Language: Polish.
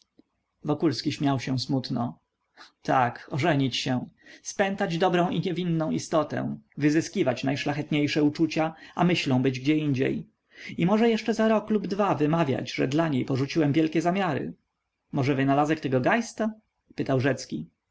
spojrzysz wokulski śmiał się smutno tak ożenić się spętać dobrą i niewinną istotę wyzyskiwać najszlachetniejsze uczucia a myślą być gdzieindziej i może jeszcze za rok lub dwa wymawiać że dla niej porzuciłem wielkie zamiary może wynalazek tego geista pytał rzecki